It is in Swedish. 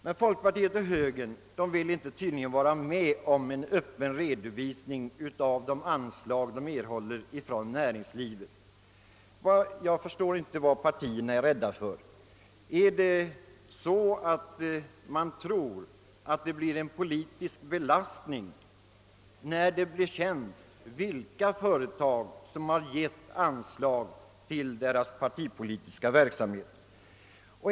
Men folkpartiet och högern vill tydligen inte vara med om en öppen redovisning av de anslag dessa partier får från näringslivet. Jag förstår inte vad partierna är rädda för. Tror de att det blir en politisk belastning när det blir känt vilka företag som har givit anslag till den partipolitiska verksamheten?